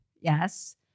Yes